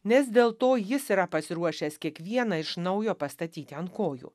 nes dėl to jis yra pasiruošęs kiekvieną iš naujo pastatyti ant kojų